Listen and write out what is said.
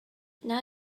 now